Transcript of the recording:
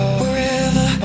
wherever